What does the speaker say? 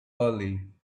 early